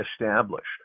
established